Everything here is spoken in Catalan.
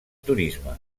turisme